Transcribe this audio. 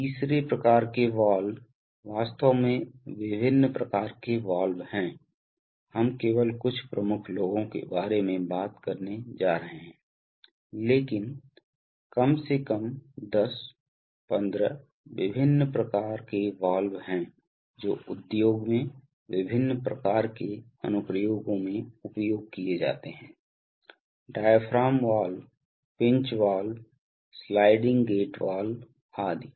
तीसरे प्रकार के वाल्व वास्तव में विभिन्न प्रकार के वाल्व हैं हम केवल कुछ प्रमुख लोगों के बारे में बात करने जा रहे हैं लेकिन कम से कम 10 15 विभिन्न प्रकार के वाल्व हैं जो उद्योग में विभिन्न प्रकार के अनुप्रयोगों में उपयोग किए जाते हैं diaphragm valve pinch valve sliding gate valve आदि